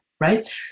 Right